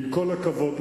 עם כל הכבוד,